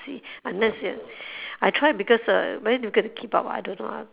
see unless you I try because uh very difficult to keep up ah I don't know ah